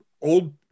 old